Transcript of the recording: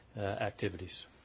activities